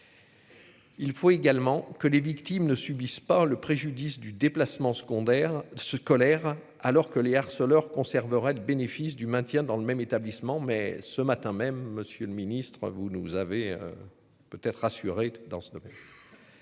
Il faut également que les victimes ne subissent pas le préjudice du déplacement secondaire ce colère alors que les harceleurs conserverait de bénéfice du maintien dans le même établissement. Mais ce matin même monsieur le Ministre, vous nous avez. Peut être rassuré dans ce domaine.